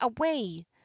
away